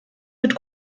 wird